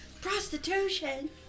Prostitution